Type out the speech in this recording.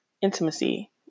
intimacy